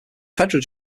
federal